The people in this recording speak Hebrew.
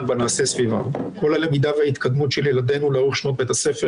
בנעשה סביבם; כל הלמידה וההתקדמות של ילדינו לאורך שנות בית הספר